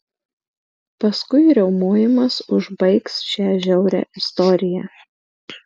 paskui riaumojimas užbaigs šią žiaurią istoriją